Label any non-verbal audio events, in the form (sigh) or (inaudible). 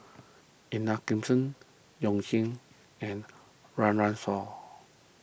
Ida (unintelligible) You (unintelligible) and Run Run Shaw